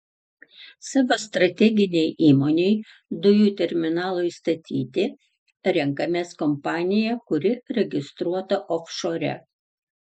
savo strateginei įmonei dujų terminalui statyti renkamės kompaniją kuri registruota ofšore